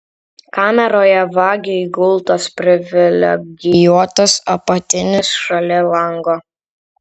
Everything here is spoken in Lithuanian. kameroje vagiui gultas privilegijuotas apatinis šalia lango